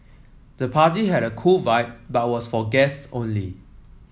the party had a cool vibe but was for guest only